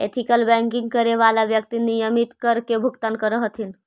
ethical banking करे वाला व्यक्ति नियमित कर के भुगतान करऽ हथिन